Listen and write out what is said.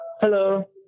Hello